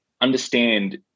understand